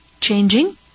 changing